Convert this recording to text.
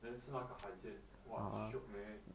then 吃那个海鲜 !wah! shiok man